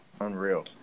unreal